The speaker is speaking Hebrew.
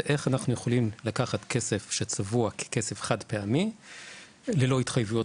זה איך אנחנו יכולים לקחת כסף שצבוע ככסף חד פעמי ללא התחייבויות